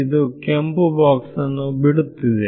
ಇದು ಕೆಂಪು ಬಾಕ್ಸನ್ನು ಬಿಡುತ್ತಿದೆ